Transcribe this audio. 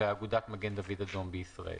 ואגודת מגן דוד אדום בישראל.